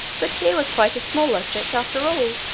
but here was quite a small object after all!